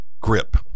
grip